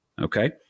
okay